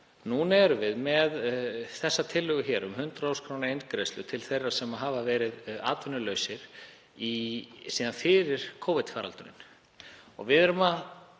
Núna erum við með þessa tillögu um 100.000 kr. eingreiðslu til þeirra sem hafa verið atvinnulausir síðan fyrir Covid-faraldurinn.